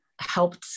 helped